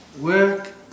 work